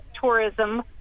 tourism